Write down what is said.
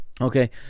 okay